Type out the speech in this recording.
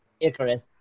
Icarus